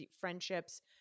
Friendships